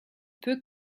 peut